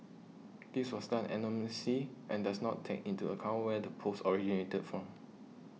this was done anonymously and does not take into account where the post originated from